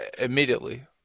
Immediately